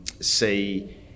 see